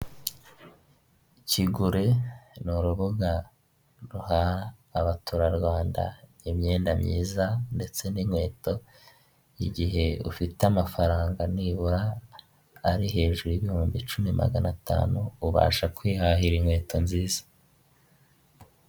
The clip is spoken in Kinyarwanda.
Ishusho iri mu ibara ry'ubururu ndetse n'umweru ishushanyijeho telefone iri kugaragazaho akanyenyeri maganinani urwego hari imibare yanditswe impande hariho amagambo ari mu rurimi rw'icyongereza ndetse n'andi ari mu ururimi rw'ikinyarwanda makeya na nimero za telefoni.